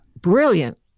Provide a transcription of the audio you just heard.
brilliant